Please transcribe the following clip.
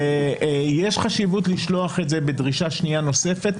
יש חשיבות לשלוח את זה בדרישה שנייה נוספת,